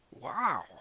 Wow